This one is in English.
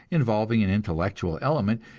involving an intellectual element,